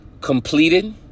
completed